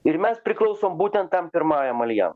ir mes priklausom būtent tam pirmajam aljan